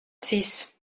six